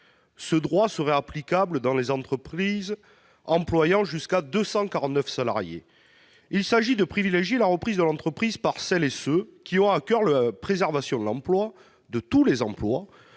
Ce droit serait applicable dans les entreprises employant jusqu'à 249 salariés. Il s'agit de privilégier la reprise de l'entreprise par celles et ceux qui ont à coeur la préservation de l'emploi, de tous les emplois,